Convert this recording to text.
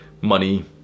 money